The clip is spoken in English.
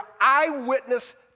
eyewitness